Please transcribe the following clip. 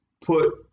put